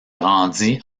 rendit